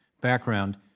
background